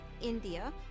India